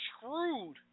screwed